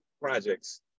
projects